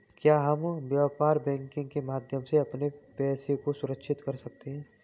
क्या हम व्यापार बैंकिंग के माध्यम से अपने पैसे को सुरक्षित कर सकते हैं?